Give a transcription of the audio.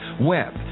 web